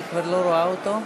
אני כבר לא רואה אותו.